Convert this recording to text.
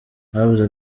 habuze